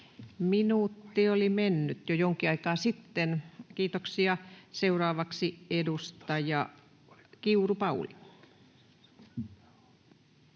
Minuutti oli mennyt jo jonkin aikaa sitten. Kiitoksia. — Seuraavaksi edustaja Kiuru, Pauli. Arvoisa